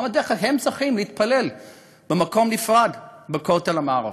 למה הם צריכים להתפלל במקום נפרד בכותל המערבי?